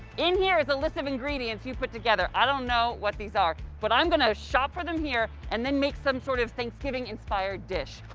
in here is a list of ingredients you put together, i don't know what these are, but i'm gonna shop for them here and then make some sort of thanksgiving-inspired dish.